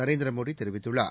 நரேந்திரமோடி தெரிவித்துள்ளார்